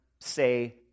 say